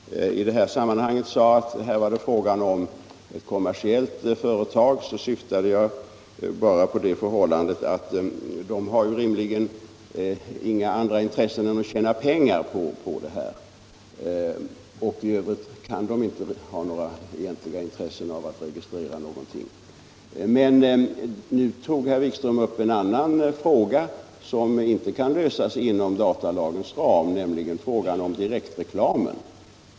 Herr talman! När jag i detta sammanhang sade att det var fråga om ett kommersiellt företag syftade jag bara på det förhållandet att de rim ligen inte har några andra intressen än att tjäna pengar på sin verksamhet. I övrigt kan de inte ha några egentliga intressen av att registrera någonting. Men nu tog herr Wikström upp en annan fråga, som inte kan lösas inom datalagens ram, nämligen direktreklamen.